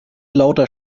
lauter